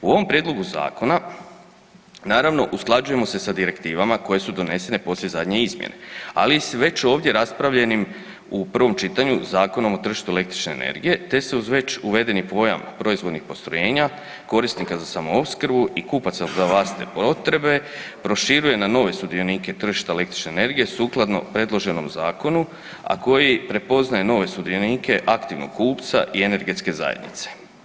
U ovom prijedlogu Zakona, naravno, usklađujemo se sa direktivama koje su donesene poslije zadnje izmjene, ali s već ovdje raspravljenim u prvom čitanju, Zakonom o tržištu elektronične energije te se uz već uvedeni pojam proizvodnih postrojenja, korisnika za samoopskrbu i kupaca za vlastite potrebe, proširuje na nove sudionike tržišta elektronične energije sukladno predloženom zakonu, a koji prepoznaje nove sudionike aktivnog kupca i energetske zajednice.